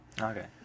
Okay